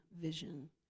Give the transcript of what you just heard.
vision